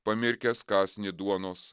pamirkęs kąsnį duonos